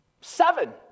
seven